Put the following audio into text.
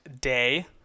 day